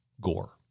gore